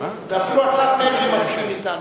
ואפילו השר מרגי מסכים אתנו.